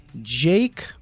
Jake